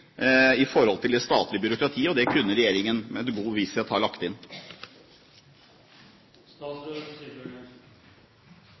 i det statlige byråkratiet. Det kunne regjeringen med god visshet ha lagt